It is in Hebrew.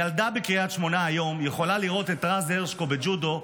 היום ילדה בקריית שמונה יכולה לראות את רז הרשקו בג'ודו,